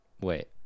Wait